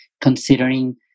considering